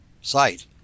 site